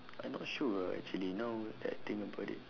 I'm not sure actually now that I think about it